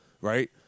Right